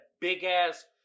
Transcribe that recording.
big-ass